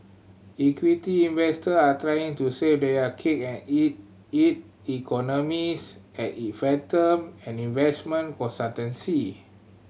equity investor are trying to save their cake and eat it economists at it Fathom an investment